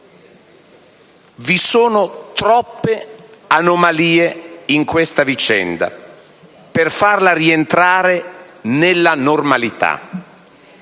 Vi sono troppe anomalie in questa vicenda per farla rientrare nella normalità